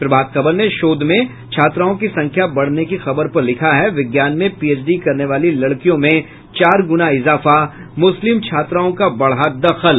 प्रभात खबर ने शोध में छात्राओं की संख्या बढ़ने की खबर पर लिखा है विज्ञान में पीएचडी करने वाली लड़कियों में चार गुना इजाफा मुस्लिम छात्राओं का बढ़ा दखल